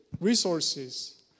resources